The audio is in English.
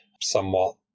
somewhat